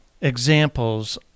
Examples